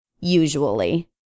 Usually